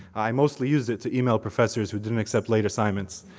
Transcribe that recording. mostly used it to email professor who didn't accept late assignments,